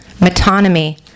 metonymy